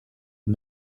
and